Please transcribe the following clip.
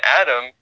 Adam